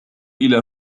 إلى